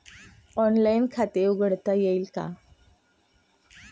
Online खाते उघडता येईल का?